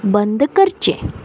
बंद करचें